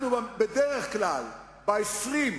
אנחנו בדרך כלל במקום ה-20,